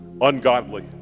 ungodly